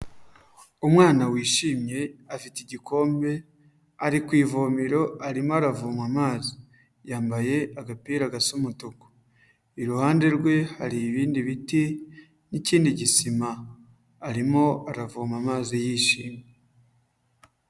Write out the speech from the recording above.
Umwana wishimye afite igikombe ari ku ivomero arimo aravoma amazi. Yambaye agapira gasa umutuku. Iruhande rwe hari ibindi biti, n'ikindi gisima. Arimo aravoma amazi yishimye.